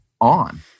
on